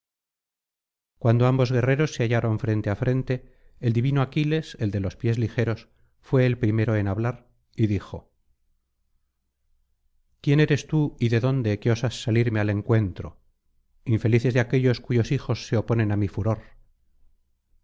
cuando ambos guerreros se hallaron frente á frente el divino aquiles el de los pies ligeros fué el primero en hablar y dijo quién eres tú y de dónde que osas salirme al encuentro infelices de aquellos cuyos hijos se oponen á mi furor